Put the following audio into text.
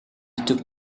took